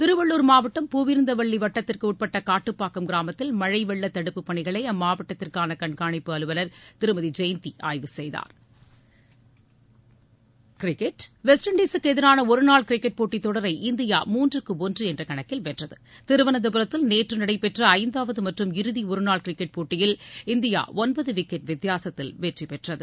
திருவள்ளுர் மாவட்டம் பூவிருந்தவல்லி வட்டத்திற்குட்பட்ட காட்டுப்பாக்கம் கிராமத்தில் மழை வெள்ள தடுப்பு பணிகளை அம்மாவட்டத்திற்கான கண்காணிப்பு அலுவலர் திருமதி ஜெயந்தி ஆய்வு செய்தார் விளையாட்டுச் செய்திகள் வெஸ்ட் இண்டீசுக்கு எதிரான ஒரு நாள் கிரிக்கெட் போட்டித் தொடரை இந்தியா மூன்றுக்கு ஒன்று என்ற கணக்கில் வென்றது திருவனந்தபுரத்தில் நேற்று நடைபெற்ற ஐந்தாவது மற்றும் இறுதி ஒருநாள் கிரிக்கெட் போட்டியில் இந்தியா ஒன்பது விக்கெட் வித்தியாசத்தில் வெற்றிபெற்றது